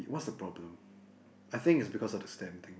eh what's the problem I think is because of this same thing